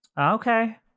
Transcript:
Okay